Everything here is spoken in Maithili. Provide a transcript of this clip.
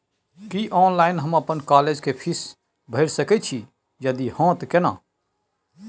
की ऑनलाइन हम अपन कॉलेज के फीस भैर सके छि यदि हाँ त केना?